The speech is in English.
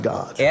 God